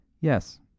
Yes